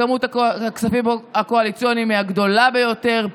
שכמות הכספים הקואליציוניים היא הגדולה ביותר,